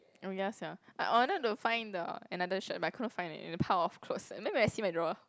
oh ya sia I wanted to find the another shirt but I couldn't find leh in pile of clothes and then when I see my drawer